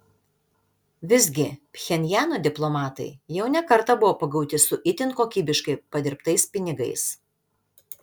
visgi pchenjano diplomatai jau ne kartą buvo pagauti su itin kokybiškai padirbtais pinigais